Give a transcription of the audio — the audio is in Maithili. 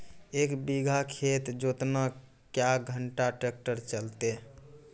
एक बीघा खेत जोतना क्या घंटा ट्रैक्टर चलते?